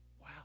Wow